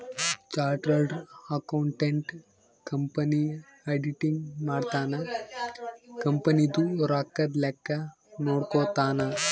chartered accountant company auditing ಮಾಡ್ತನ company ದು ರೊಕ್ಕದ ಲೆಕ್ಕ ನೋಡ್ಕೊತಾನ